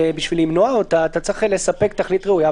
ובשביל למנוע אותה אתה צריך לספק תכלית ראויה,